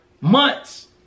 months